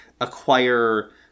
acquire